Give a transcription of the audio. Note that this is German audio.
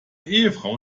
ehefrau